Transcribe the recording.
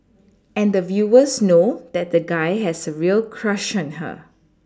and the viewers know that the guy has a real crush on her